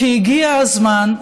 כי הגיע הזמן.